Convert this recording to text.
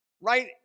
right